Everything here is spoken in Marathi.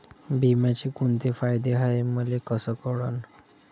बिम्याचे कुंते फायदे हाय मले कस कळन?